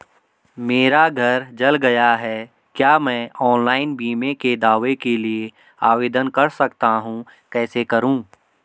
मेरा घर जल गया है क्या मैं ऑनलाइन बीमे के दावे के लिए आवेदन कर सकता हूँ कैसे करूँ?